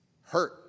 hurt